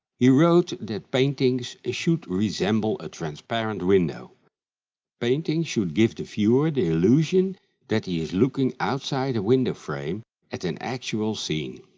he wrote that paintings should resemble a transparent window. a painting should give the viewer the illusion that he is looking outside a window frame at an actual scene.